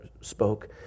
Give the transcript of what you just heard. spoke